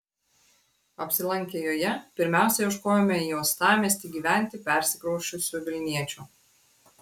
apsilankę joje pirmiausia ieškojome į uostamiestį gyventi persikrausčiusių vilniečių